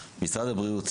משרד הבריאות.